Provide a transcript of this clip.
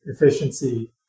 efficiency